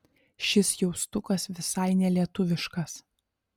šis jaustukas visai nelietuviškas